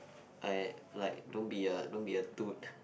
I like don't be a don't be a